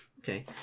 Okay